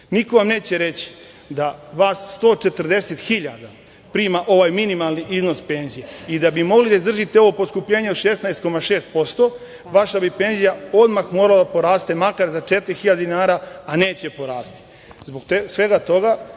Niko vam neće reći da vas 140.000 prima ovaj minimalni iznos penzije i da bi mogli da izdržite ovo poskupljenje od 16,6% vaša bi penzija odmah morala da poraste makar za 4.000 dinara, a neće porasti. Zbog svega toga,